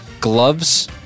Gloves